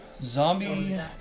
zombie